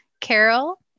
Carol